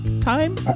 time